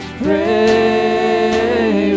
pray